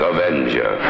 Avenger